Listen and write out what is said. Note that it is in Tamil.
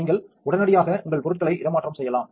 நீங்கள் உடனடியாக உங்கள் பொருட்களை இடமாற்றம் செய்யலாம்